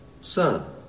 Son